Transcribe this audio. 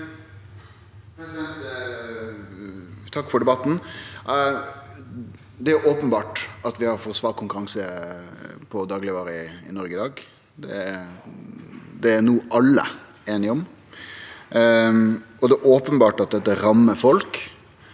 Takk for debatten. Det er openbert at vi har for svak konkurranse på daglegvarer i Noreg i dag. Det er alle einige om no. Det er openbert at dette rammar folk